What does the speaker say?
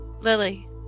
Lily